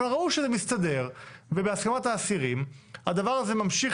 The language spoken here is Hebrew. אבל ראו שזה מסתדר ובהסכמת האסירים הדבר הזה ממשיך